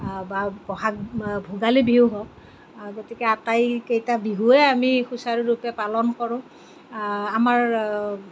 বা বহাগ ভোগালী বিহু হওক গতিকে আটাইকেইটা বিহুৱে আমি সুচাৰুৰূপে পালন কৰো আমাৰ